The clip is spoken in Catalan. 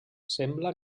sembla